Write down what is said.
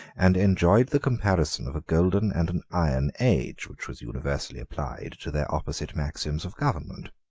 and enjoyed the comparison of a golden and an iron age, which was universally applied to their opposite maxims of government.